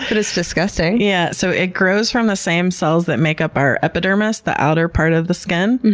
but it's disgusting. yeah so it grows from the same cells that make up our epidermis, the outer part of the skin,